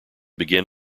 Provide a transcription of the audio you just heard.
began